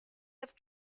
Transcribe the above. have